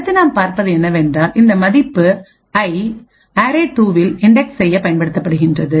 அடுத்து நாம் பார்ப்பது என்னவென்றால் இந்த மதிப்பு ஐஅரே2வில் இன்டெக்ஸ் செய்ய பயன்படுத்தப்படுகின்றது